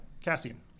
Cassian